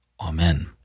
Amen